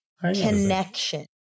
connection